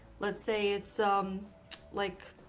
let's say it's um like.